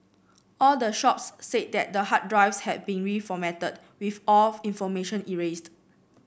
all the shops said that the hard drives had been reformatted with all information erased